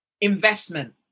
investment